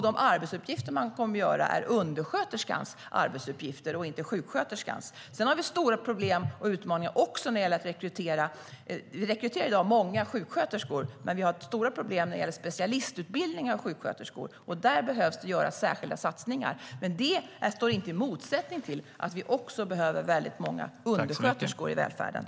De arbetsuppgifter man kommer att utföra är undersköterskans arbetsuppgifter, inte sjuksköterskans.